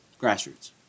grassroots